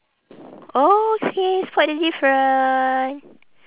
oh okay spot the different